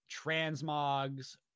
transmogs